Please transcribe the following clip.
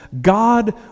God